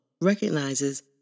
recognizes